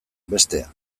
bestea